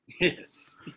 Yes